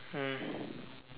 mm